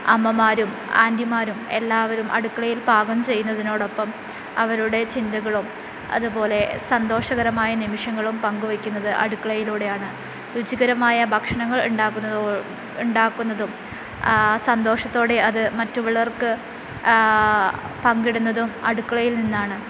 അമ്മമാരും ആൻ്റിമാരും എല്ലാവരും അടുക്കളയിൽ പാകം ചെയ്യുന്നതിനോടൊപ്പം അവരുടെ ചിന്തകളും അതുപോലെ സന്തോഷകരമായ നിമിഷങ്ങളും പങ്കുവയ്ക്കുന്നത് അടുക്കളയിലൂടെയാണ് രുചികരമായ ഭക്ഷണങ്ങൾ ഉണ്ടാകുന്നതോ ഉണ്ടാകുന്നതും സന്തോഷത്തോടെ അതു മറ്റുള്ളവർക്ക് പങ്കിടുന്നതും അടുക്കളയിൽ നിന്നാണ്